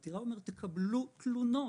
העתירה אומרת שתקבלו תלונות,